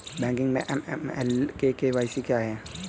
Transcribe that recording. Banking में AML और KYC क्या हैं?